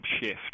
shift